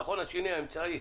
האמצעי,